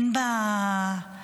אין בה אמת.